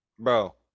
bro